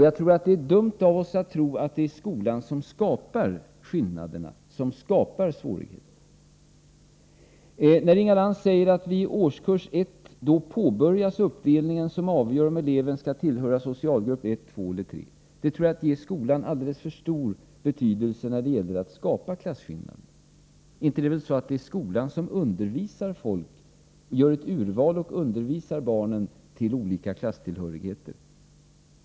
Jag tror att det är dumt av oss att tro att det är skolan som skapar skillnaderna och skapar svårigheterna. När Inga Lantz säger att det i årskurs 1 påbörjas en uppdelning som avgör om eleven skall tillhöra socialgrupp 1, 2 eller 3, tror jag att detta är att ge skolan alldeles för stor betydelse när det gäller att skapa klasskillnader. Inte är det väl skolan som gör ett urval och undervisar barnen till olika klasstillhörigheter?